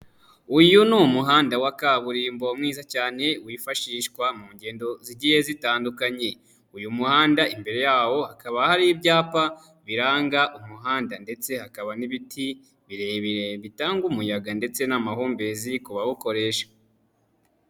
Uyu ni umuhanda wa kaburimbo mwiza cyane wifashishwa mu ngendo zigiye zitandukanye. Uyu muhanda imbere yawo hakaba hari ibyapa biranga umuhanda ndetse hakaba n'ibiti birebire bitanga umuyaga ndetse n'amahumbezi ku bawukoresha.